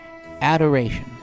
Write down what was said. adoration